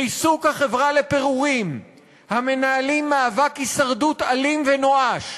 ריסוק החברה לפירורים המנהלים מאבק הישרדות אלים ונואש.